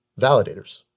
validators